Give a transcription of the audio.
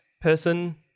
person